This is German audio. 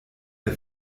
der